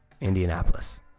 Indianapolis